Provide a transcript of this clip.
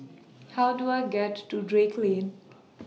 How Do I get to Drake Lane